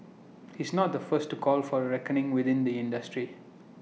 he's not the first to call for A reckoning within the industry